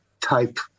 type